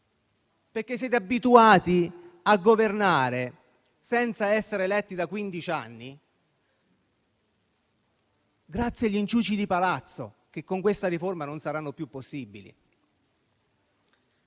anni siete abituati a governare senza essere eletti grazie agli inciuci di palazzo, che con questa riforma non saranno più possibili.